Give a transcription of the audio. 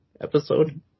episode